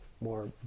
more